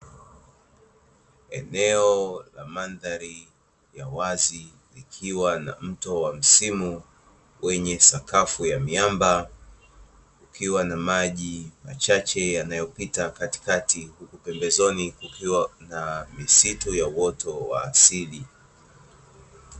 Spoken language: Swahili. Eneo la mandhari ya wazi, likiwa na mto wa msimu wenye sakafu ya miamba, ukiwa na maji machache yanayopita katikati, pembezoni kukiwa na misitu ya uoto wa asili.